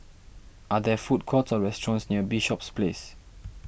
are there food courts or restaurants near Bishops Place